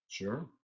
Sure